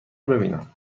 ببینم